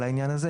לעניין הזה,